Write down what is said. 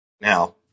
Now